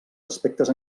aspectes